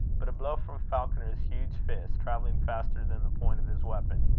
but a blow from falconer's huge fist, travelling faster than the point of his weapon,